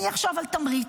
אני אחשוב על תמריץ.